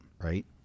right